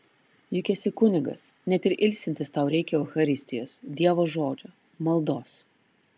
juk esi kunigas net ir ilsintis tau reikia eucharistijos dievo žodžio maldos